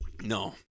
No